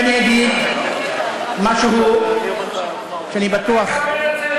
ואני אגיד משהו שאני בטוח,